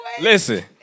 Listen